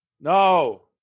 no